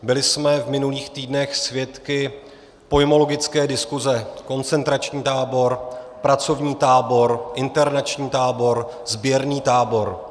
Byli jsme v minulých týdnech svědky pojmologické diskuze koncentrační tábor, pracovní tábor, internační tábor, sběrný tábor.